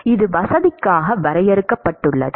இது வசதிக்காக வரையறுக்கப்பட்டுள்ளது